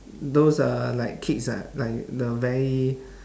those uh like kids ah like the very